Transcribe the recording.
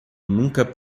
nunca